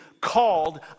called